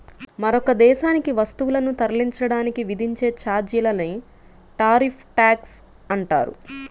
మరొక దేశానికి వస్తువులను తరలించడానికి విధించే ఛార్జీలనే టారిఫ్ ట్యాక్స్ అంటారు